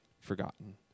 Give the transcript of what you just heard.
forgotten